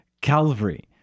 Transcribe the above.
Calvary